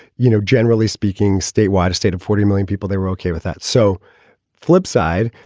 you know, generally speaking, statewide, a state of forty million people, they were okay with that. so flipside,